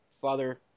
father